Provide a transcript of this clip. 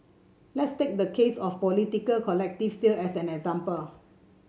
let's take the case of a potential collective sale as an example